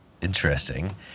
interesting